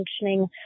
functioning